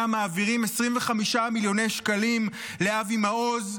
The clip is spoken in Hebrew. מעבירים 25 מיליוני שקלים לאבי מעוז,